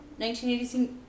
1980s